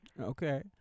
Okay